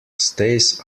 stays